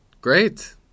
great